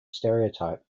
stereotype